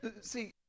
See